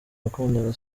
wakundaga